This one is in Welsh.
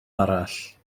arall